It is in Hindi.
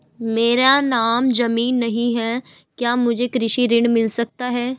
मेरे नाम ज़मीन नहीं है क्या मुझे कृषि ऋण मिल सकता है?